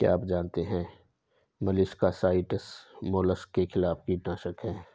क्या आप जानते है मोलस्किसाइड्स मोलस्क के खिलाफ कीटनाशक हैं?